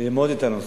ללמוד את הנושא.